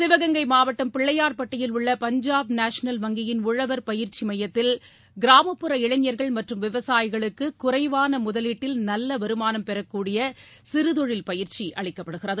சிவகங்கை மாவட்டம் பிள்ளையா்பட்டியில் உள்ள பஞ்சாப் நேஷனல் வங்கியின் உழவர் பயிற்சி மையத்தில் கிராமப்புற இளைஞர்கள் மற்றும் விவசாயிகளுக்கு குறைவான முதலீட்டில் நல்ல வருமானம் பெறக்கூடிய சிறுதொழில் பயிற்சி அளிக்கப்படுகிறது